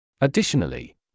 Additionally